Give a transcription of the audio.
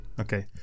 Okay